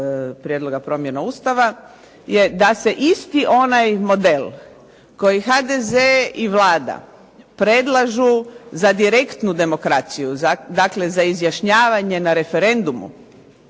prijedloga promjena Ustava, je da se isti onaj model koji HDZ i Vlada predlažu za direktnu demokraciju dakle na izjašnjavanje na referendumu,